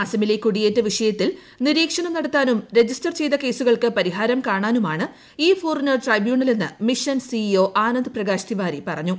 അസമിലെ കുടിയേറ്റ വിഷയത്തിൽ നിരീക്ഷണം നടത്താനും രജിസ്റ്റർ ചെയ്ത കേസുകൾക്ക് പരിഹാരം കാണാനുമാണ് ഫോറിനർ ട്രൈബ്യൂണലെന്ന് ഇ മിഷൻ C E O Anand Prakash തിപ്പിട്ടിട്ടി ് പറഞ്ഞു